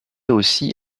aussi